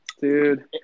dude